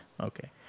Okay